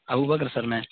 Abubakar sir میں